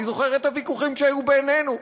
אני זוכר את הוויכוחים שהיו בינינו,